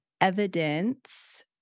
evidence